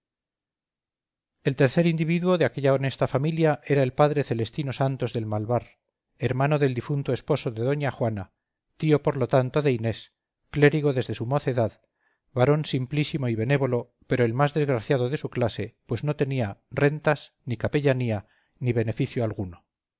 el tercer individuo de aquella honesta familia era el padre